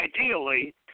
ideally